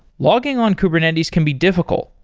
logging on kubernetes can be difficult,